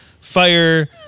fire